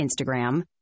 Instagram